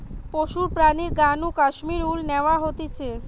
পশুর প্রাণীর গা নু কাশ্মীর উল ন্যাওয়া হতিছে